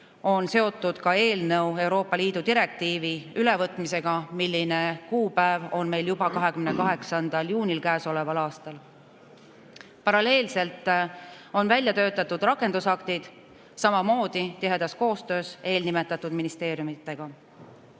on eelnõu seotud Euroopa Liidu direktiivi ülevõtmisega, mille kuupäev on meil juba 28. juunil käesoleval aastal. Paralleelselt on välja töötatud rakendusaktid, samamoodi tihedas koostöös eelnimetatud ministeeriumidega.